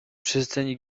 przesyceni